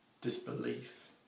disbelief